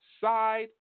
side